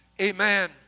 Amen